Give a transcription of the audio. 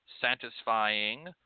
satisfying